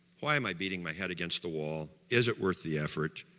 why am i beating my head against the wall, is it worth the effort?